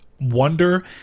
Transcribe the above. wonder